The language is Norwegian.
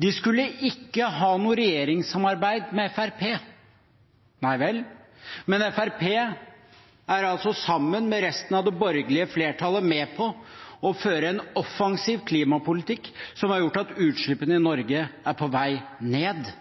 De skulle ikke ha noe regjeringssamarbeid med Fremskrittspartiet. Nei vel – men Fremskrittspartiet er altså, sammen med resten av det borgerlige flertallet, med på å føre en offensiv klimapolitikk som har gjort at utslippene i Norge er på vei ned.